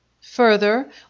further